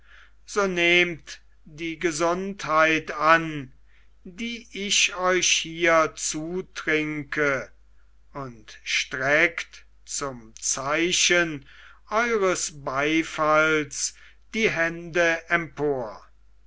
so nehmt die gesundheit an die ich euch hier zutrinke und streckt zum zeichen eures beifalls die hände empor